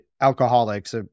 alcoholics